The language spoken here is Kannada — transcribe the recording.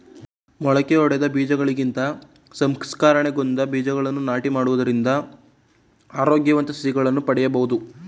ಮೊಳಕೆಯೊಡೆದ ಬೀಜಗಳಿಗಿಂತ ಸಂಸ್ಕರಣೆಗೊಂಡ ಬೀಜಗಳನ್ನು ನಾಟಿ ಮಾಡುವುದರಿಂದ ಆರೋಗ್ಯವಂತ ಸಸಿಗಳನ್ನು ಪಡೆಯಬೋದು